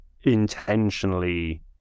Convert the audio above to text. intentionally